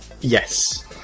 Yes